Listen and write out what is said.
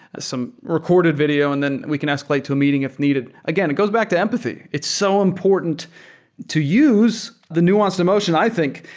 some recorded video, and then we can escalate to a meeting if needed. again, it goes back to empathy. it's so important to use the nuanced emotion, i think,